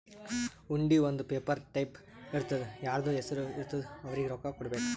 ಹುಂಡಿ ಒಂದ್ paper type ಇರ್ತುದಾ ಯಾರ್ದು ಹೆಸರು ಇರ್ತುದ್ ಅವ್ರಿಗ ರೊಕ್ಕಾ ಕೊಡ್ಬೇಕ್